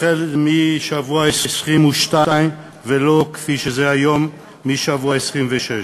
החל בשבוע ה-22, ולא כפי שזה היום, מהשבוע ה-26.